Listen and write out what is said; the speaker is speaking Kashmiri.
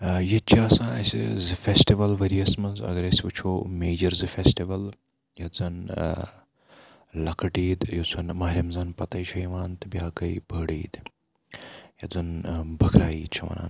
ییٚتہِ چھِ آسان اَسہِ زٕ فیسٹول ؤرِیَس منٛز اگر أسۍ وٕچھو میجر زٕ فیسٹِول یُتھ زَن لۄکٕٹ عیٖد یۄس ماہِ رَمضان پتٕے چھِ یِوان تہٕ بیاکھ گٔے بٔڑ عیٖد یَتھ زَن بکرا عیٖد چھِ وَنان